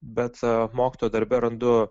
bet mokytojo darbe randu